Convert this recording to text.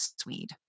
Swede